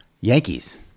Yankees